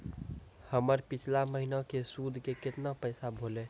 हमर पिछला महीने के सुध के केतना पैसा भेलौ?